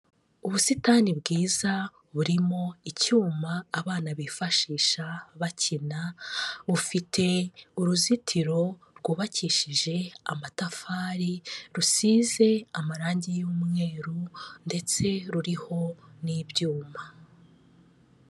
Ubusitani bwiza burimo icyuma abana bifashisha bakina, bufite uruzitiro rwubakishije amatafari, rusize amarangi y'umweru ndetse ruriho n'ibyuma.